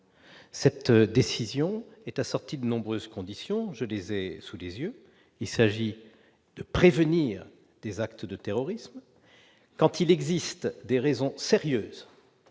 Cette décision est assortie de nombreuses conditions, je les ai sous les yeux, il s'agit de prévenir des actes de terrorisme quand il existe des raisons sérieuses